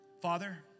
Father